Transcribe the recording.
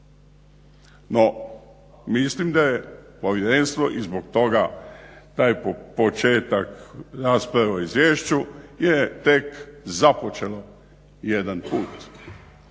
No mislim da je povjerenstvo i zbog toga taj početak rasprave o izvješću je tek započelo jedan put.